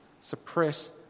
suppress